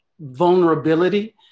vulnerability